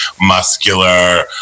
muscular